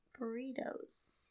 burritos